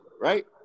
right